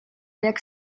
jak